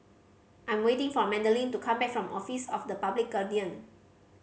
I'm waiting for Madlyn to come back from Office of the Public Guardian